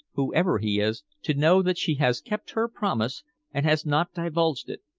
whoever he is, to know that she has kept her promise and has not divulged it.